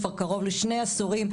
כבר קרוב לשני עשורים.